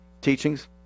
teachings